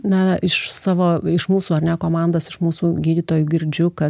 na iš savo iš mūsų ar ne komandos iš mūsų gydytojų girdžiu kad